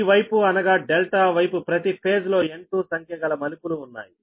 ఈవైపు అనగా ∆ వైపు ప్రతి ఫేజ్ లో N2 సంఖ్యగల మలుపులుఉన్నాయి